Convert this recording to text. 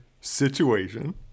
situation